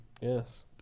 Yes